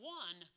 one